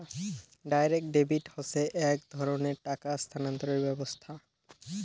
direct debit হসে এক ধরণের টাকা স্থানান্তরের ব্যবস্থা